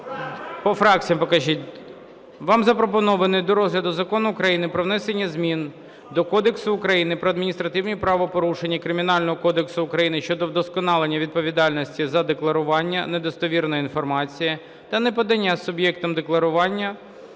По фракціях покажіть.